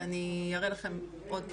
ואני אראה לכם עוד דברים,